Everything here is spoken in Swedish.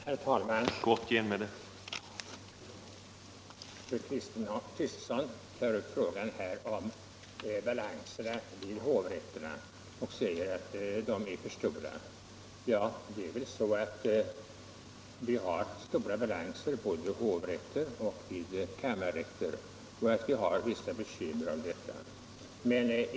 Herr talman! Fru Kristensson tar här upp frågan om balanserna vid hovrätterna och säger att de är för stora. Ja, det är väl så att vi har stora balanser både vid hovrätter och vid kammarrätter och att vi har vissa bekymmer på grund av detta.